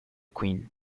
queen